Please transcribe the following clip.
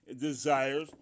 desires